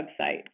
website